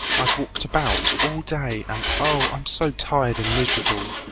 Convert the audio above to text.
i've walked about all day and oh, i'm so tired and miserable!